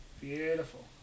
Beautiful